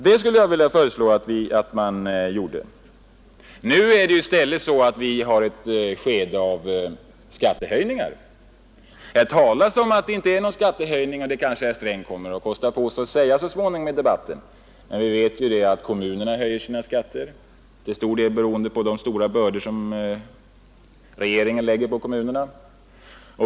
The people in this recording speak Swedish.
Jag skulle vilja föreslå att man gjorde det. Nu är det i stället så att vi befinner oss i ett skede av skattehöjningar. Här talas om att det inte är några skattehöjningar — det kanske herr Sträng kommer att säga så småningom i debatten — men vi vet att kommunerna höjer sina skatter, till stor del beroende på de stora bördor som regeringen lägger på dem.